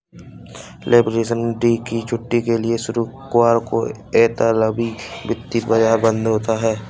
liberation day की छुट्टी के लिए शुक्रवार को इतालवी वित्तीय बाजार बंद हैं